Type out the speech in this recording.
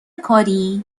کاری